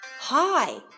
Hi